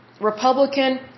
Republican